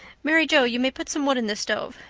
mary joe, you may put some wood in the stove.